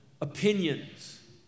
opinions